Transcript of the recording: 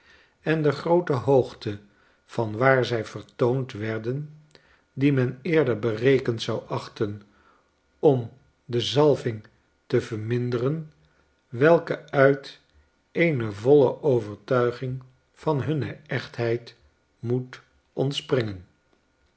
en de groote hoogte van waar zij vertoond werden die men eerder berekend zou achten om de zalving te verminderen welke uit eene voile overtuiging van hunne echtheid moet ontspringen